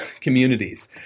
communities